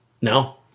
No